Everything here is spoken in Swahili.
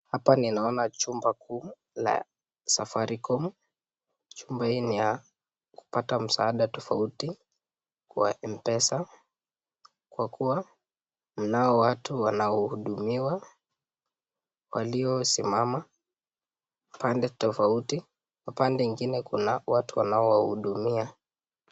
Hapa ninaona chumba kuu la safaricom, chumba hii ni ya kupata msaada tofauti ya mpesa, kwa kuwa kunao watu wanao hudumiwa waliosimama pande tofauti, pande ingine kuna watu wanao wahudumia.